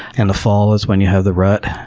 and the fall is when you have the rut,